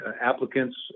applicants